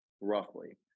roughly